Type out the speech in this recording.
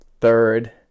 third